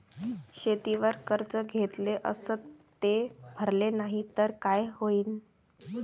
शेतीवर कर्ज घेतले अस ते भरले नाही तर काय होईन?